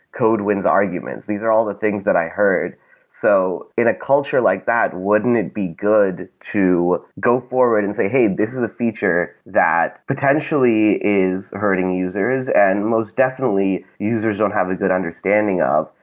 code wins arguments. these are all the things that i heard so in a culture like that, wouldn't it be good to go forward and say, hey, this is a feature that potentially is hurting users, and most definitely users don't have a good understanding of.